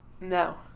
No